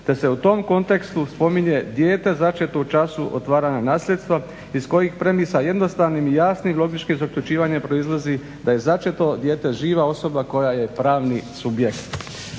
te se u tom kontekstu spominje dijete začeto u času otvaranja nasljedstva iz kojih premisa jednostavnim, jasnim i logičkim zaključivanjem proizlazi da je začeto dijete živa osoba koja je pravni subjekt.